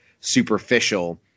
superficial